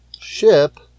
ship